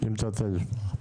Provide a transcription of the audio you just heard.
אם תרצה לשמוע.